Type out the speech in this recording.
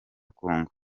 congo